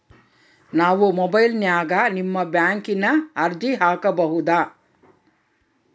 ನಾವು ಮೊಬೈಲಿನ್ಯಾಗ ನಿಮ್ಮ ಬ್ಯಾಂಕಿನ ಅರ್ಜಿ ಹಾಕೊಬಹುದಾ?